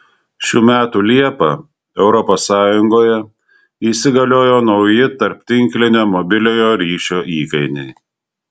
šių metų liepą europos sąjungoje įsigaliojo nauji tarptinklinio mobiliojo ryšio įkainiai